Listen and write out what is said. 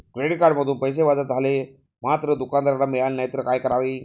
Credit कार्डमधून पैसे वजा झाले मात्र दुकानदाराला मिळाले नाहीत तर काय करावे?